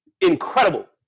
incredible